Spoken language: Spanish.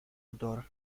autor